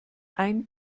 ein